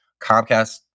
Comcast